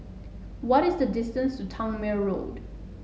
what is the distance to Tangmere Road